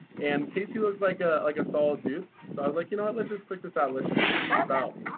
and casey looks like a like a solid dude. so i was like, you know what, let's just click this out, let's just see what he's about.